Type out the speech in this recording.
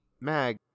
mag